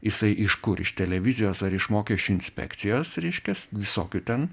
jisai iš kur iš televizijos ar iš mokesčių inspekcijos reiškias visokių ten